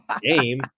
game